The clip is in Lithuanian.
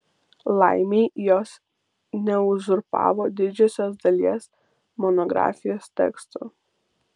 laimei jos neuzurpavo didžiosios dalies monografijos teksto